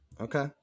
okay